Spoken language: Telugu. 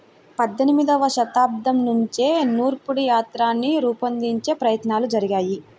పద్దెనిమదవ శతాబ్దం నుంచే నూర్పిడి యంత్రాన్ని రూపొందించే ప్రయత్నాలు జరిగాయి